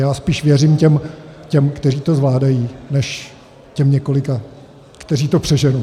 Já spíše věřím těm, kteří to zvládají, než těm několika, kteří to přeženou.